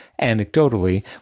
anecdotally